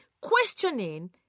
questioning